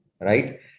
right